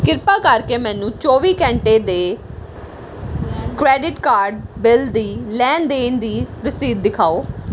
ਕਿਰਪਾ ਕਰਕੇ ਮੈਨੂੰ ਚੌਵੀ ਘੰਟੇ ਦੇ ਕਰੇਡਿਟ ਕਾਰਡ ਬਿੱਲ ਦੀ ਲੈਣ ਦੇਣ ਦੀ ਰਸੀਦ ਦਿਖਾਓ